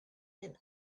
and